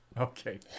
okay